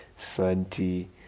Santi